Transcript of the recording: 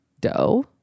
dough